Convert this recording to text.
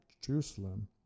Jerusalem